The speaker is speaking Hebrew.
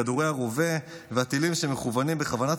כדורי הרובה והטילים שמכוונים בכוונת